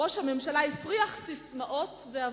ראש הממשלה הפריח ססמאות והבטחות.